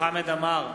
חמד עמאר,